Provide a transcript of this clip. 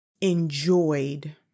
enjoyed